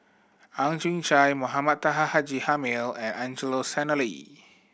Ang Chwee Chai Mohamed Taha Haji Jamil and Angelo Sanelli